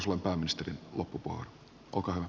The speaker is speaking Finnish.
arvoisa herra puhemies